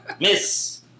Miss